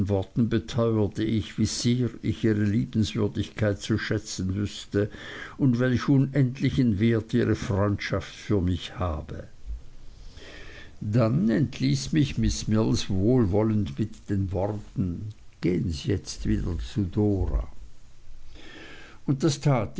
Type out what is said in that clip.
worten beteuerte ich wie sehr ich ihre liebenswürdigkeit zu schätzen wüßte und welch unendlichen wert ihre freundschaft für mich habe dann entließ mich miß mills wohlwollend mit den worten gehen sie jetzt wieder zu dora und das tat